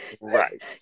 Right